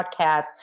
Podcast